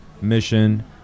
Mission